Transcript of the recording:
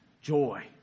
joy